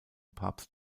papst